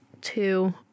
two